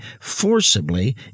forcibly